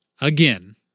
again